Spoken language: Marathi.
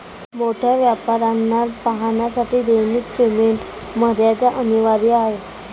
मोठ्या व्यापाऱ्यांना पाहण्यासाठी दैनिक पेमेंट मर्यादा अनिवार्य आहे